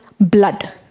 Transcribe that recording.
blood